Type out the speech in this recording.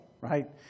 right